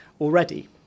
already